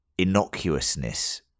innocuousness